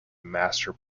master